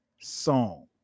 song